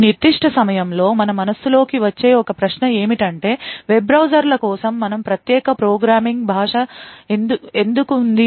ఈ నిర్దిష్ట సమయంలో మన మనస్సులోకి వచ్చే ఒక ప్రశ్న ఏమిటంటే వెబ్ బ్రౌజర్ల కోసం మనకు ప్రత్యేక ప్రోగ్రామింగ్ భాష ఎందుకు ఉంది